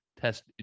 Test